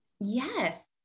Yes